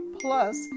Plus